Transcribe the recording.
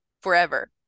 forever